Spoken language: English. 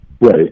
Right